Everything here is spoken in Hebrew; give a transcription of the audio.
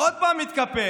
עוד פעם התקפל